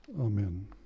Amen